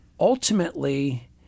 Ultimately